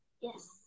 Yes